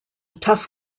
tough